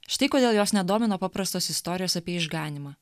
štai kodėl jos nedomino paprastos istorijos apie išganymą